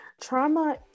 trauma